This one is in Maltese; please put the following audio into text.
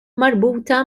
marbuta